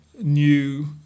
new